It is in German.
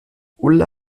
ulla